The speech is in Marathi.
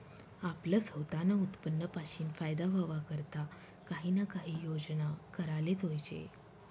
आपलं सवतानं उत्पन्न पाशीन फायदा व्हवा करता काही ना काही योजना कराले जोयजे